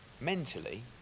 Mentally